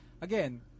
again